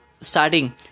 starting